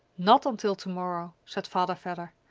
not until to-morrow, said father vedder.